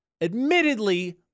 Admittedly